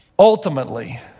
Ultimately